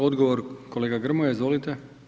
Odgovor kolega Grmoja, izvolite.